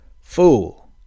Fool